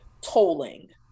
tolling